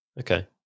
Okay